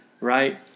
right